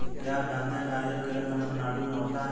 क्या आप जानते है नारियल केरल, तमिलनाडू में होता है?